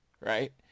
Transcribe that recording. Right